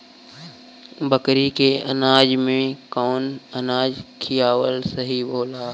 बकरी के अनाज में कवन अनाज खियावल सही होला?